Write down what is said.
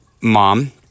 Mom